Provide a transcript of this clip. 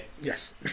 Yes